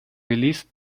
released